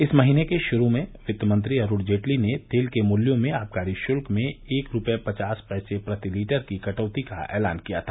इस महीने के शुरू में वित्त मंत्री अरूण जेटली ने तेल के मूल्यों में आबकारी शुल्क में एक रूपये पचास पैसे प्रति लीटर की कटौती का ऐलान किया था